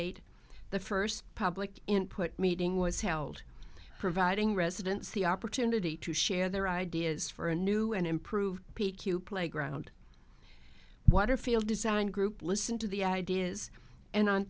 eight the first public input meeting was held providing residents the opportunity to share their ideas for a new and improved p q playground waterfield design group listen to the ideas and on